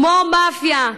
כמו מאפיה.